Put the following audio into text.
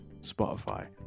spotify